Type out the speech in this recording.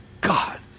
God